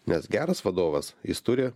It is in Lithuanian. nes geras vadovas jis turi